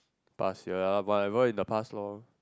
past year whatever in the past lor